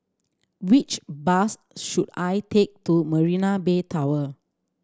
which bus should I take to Marina Bay Tower